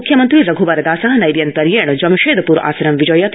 मुख्यमन्त्री रघ्बरदास नैर्यन्तर्येण जमशेदप्र आसनं विजयति